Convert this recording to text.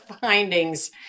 findings